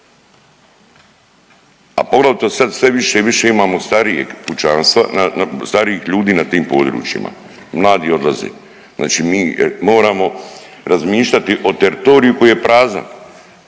a poglavito sve više i više imamo starijeg pučanstva starijih ljudi na tim područjima, mladi odlaze. Znači mi moramo razmišljati o teritoriju koji je prazan